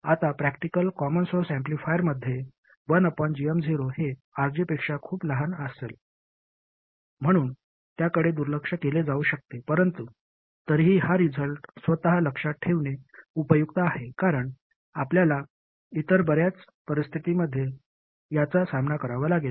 आता practical common source ऍम्प्लिफायरमध्ये 1gm0 हे RG पेक्षा खूपच लहान असेल म्हणून त्याकडे दुर्लक्ष केले जाऊ शकते परंतु तरीही हा रिझल्ट स्वतः लक्षात ठेवणे उपयुक्त आहे कारण आपल्याला इतर बर्याच परिस्थितींमध्ये याचा सामना करावा लागेल